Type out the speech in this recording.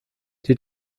die